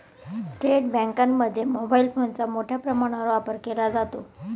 थेट बँकांमध्ये मोबाईल फोनचा मोठ्या प्रमाणावर वापर केला जातो